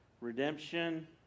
Redemption